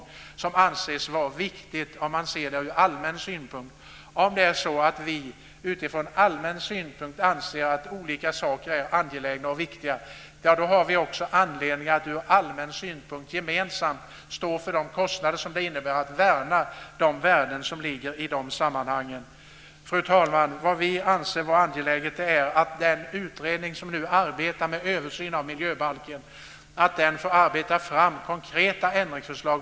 Detta anses från allmän synpunkt vara viktigt. Om det är så att vi från allmän synpunkt anser att olika saker är angelägna, har vi också anledning att från allmän synpunkt gemensamt stå för de kostnader som det innebär att värna de värden som föreligger. Fru talman! Vi anser att det är angeläget att den utredning som nu arbetar med en översyn av miljöbalken mycket snabbt kommer med konkreta ändringsförslag.